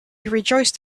rejoiced